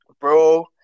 Bro